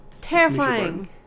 Terrifying